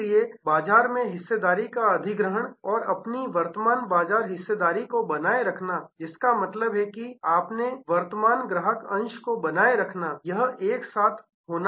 इसलिए बाजार में हिस्सेदारी का अधिग्रहण और अपनी वर्तमान बाजार हिस्सेदारी को बनाए रखना जिसका मतलब है कि अपने वर्तमान ग्राहक अंश को बनाए रखना यह एक साथ होना पड़ता है